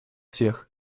всех